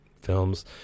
films